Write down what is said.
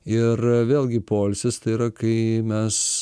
ir vėlgi poilsis tai yra kai mes